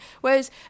whereas